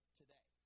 today